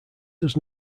does